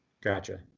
Gotcha